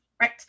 Right